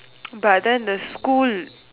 but then the school